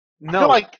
No